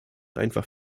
einfach